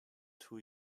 two